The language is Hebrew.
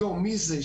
מי זה?